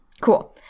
Cool